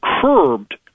curbed